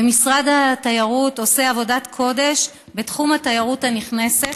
ומשרד התיירות עושה עבודת קודש בתחום התיירות הנכנסת,